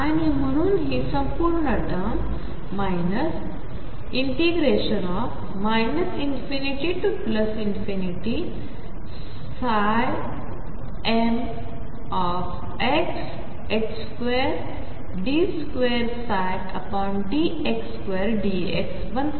आणि म्हणून ही संपूर्ण टर्म ∞mx 2d2dx2dx बनते